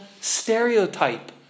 stereotype